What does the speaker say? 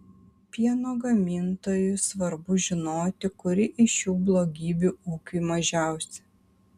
pieno gamintojui svarbu žinoti kuri iš šių blogybių ūkiui mažiausia